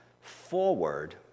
forward